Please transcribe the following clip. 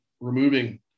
removing